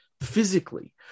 physically